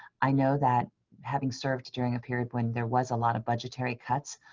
i know that having served during a period when there was a lot of budgetary cuts,